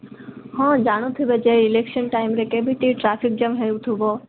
ହଁ ଜାଣୁଥିବେ ଯେ ଇଲେକ୍ସନ ଟାଇମରେ କେମିତି ଟ୍ରାଫିକ ଜାମ ହେଉଥିବ